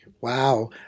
Wow